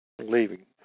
leaving